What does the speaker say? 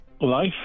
Life